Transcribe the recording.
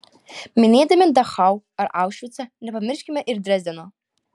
minėdami dachau ar aušvicą nepamirškime ir drezdeno